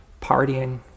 partying